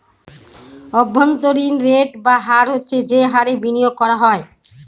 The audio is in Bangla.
অভ্যন্তরীন রেট বা হার হচ্ছে যে হারে বিনিয়োগ করা হয়